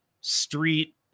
street